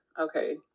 Okay